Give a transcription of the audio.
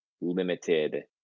limited